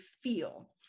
feel